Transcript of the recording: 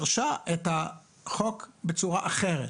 פירשה את החוק בצורה אחרת